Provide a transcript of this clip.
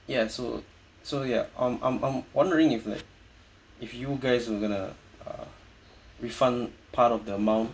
ya so so ya I'm I'm I'm wondering if like if you guys were gonna uh refund part of the amount